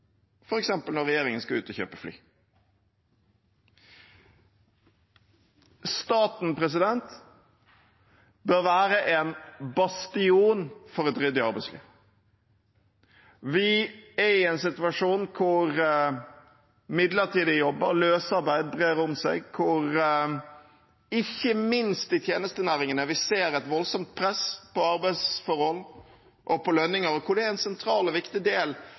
når regjeringen skal ut og kjøpe fly. Staten bør være en bastion for et ryddig arbeidsliv. Vi er i en situasjon hvor midlertidige jobber og løsarbeid brer om seg, ikke minst i tjenestenæringene, hvor vi ser et voldsomt press på arbeidsforhold og på lønninger, og det er en sentral og viktig del